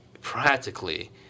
practically